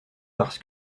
parce